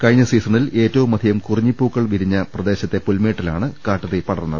കഴിഞ്ഞ സീസണിൽ ഏറ്റവും അധികം കുറിഞ്ഞിപ്പൂക്കൾ വിരിഞ്ഞ പ്രദേശത്തെ പുൽമേട്ടിലാണ് കാട്ടുതീ പടരുന്നത്